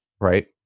right